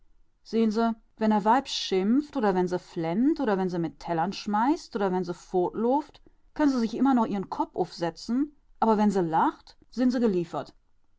sehn se wenn a weib schimpft oder wenn se flennt oder wenn se mit tellern schmeißt oder wenn sie furtlooft könn'n se sich immer noch ihren kopp ufsetzen aber wenn se lacht sind se geliefert